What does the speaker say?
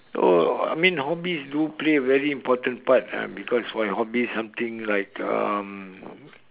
so I mean hobbies do play a very important part ah because why hobbies something like um